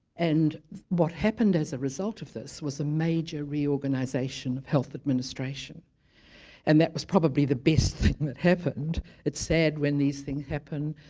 and what happened as a result of this was a major reorganisation of health administration and that was probably the best thing that happened it's sad when these thing happen,